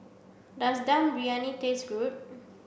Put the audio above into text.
does dum briyani taste good